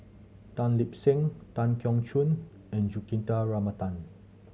Tan Lip Seng Tan Keong Choon and Juthika Ramanathan